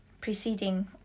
preceding